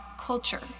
culture